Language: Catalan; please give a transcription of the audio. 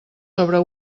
sobre